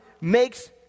makes